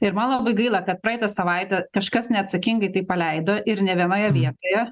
ir man labai gaila kad praeitą savaitę kažkas neatsakingai tai paleido ir ne vienoje vietoje